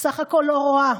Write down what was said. היא בסך הכול לא רואה.